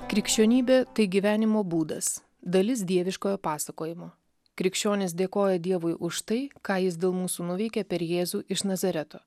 krikščionybė tai gyvenimo būdas dalis dieviškojo pasakojimo krikščionys dėkoja dievui už tai ką jis dėl mūsų nuveikė per jėzų iš nazareto